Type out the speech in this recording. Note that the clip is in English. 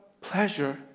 pleasure